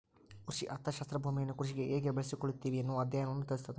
ಕೃಷಿ ಅರ್ಥಶಾಸ್ತ್ರ ಭೂಮಿಯನ್ನು ಕೃಷಿಗೆ ಹೇಗೆ ಬಳಸಿಕೊಳ್ಳುತ್ತಿವಿ ಎನ್ನುವ ಅಧ್ಯಯನವನ್ನು ತಿಳಿಸ್ತಾದ